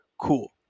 Cool